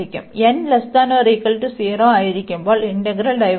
n≤0 ആയിരിക്കുമ്പോൾ integral diverge